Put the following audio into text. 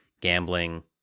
gambling